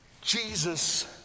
Jesus